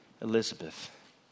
Elizabeth